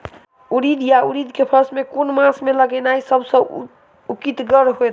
उड़ीद वा उड़द केँ फसल केँ मास मे लगेनाय सब सऽ उकीतगर हेतै?